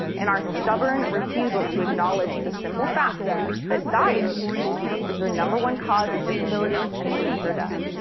in our stubborn refusal to acknowledge the simple fact that diet is the number one cause of disability and premature death.